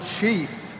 Chief